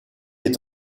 est